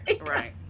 Right